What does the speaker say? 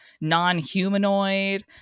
non-humanoid